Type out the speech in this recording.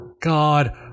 God